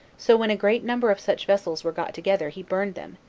so when a great number of such vessels were got together, he burnt them,